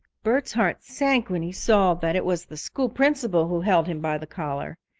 bert's heart sank when he saw that it was the school principal who held him by the collar.